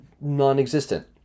non-existent